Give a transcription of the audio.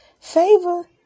Favor